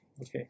Okay